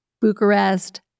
Bucharest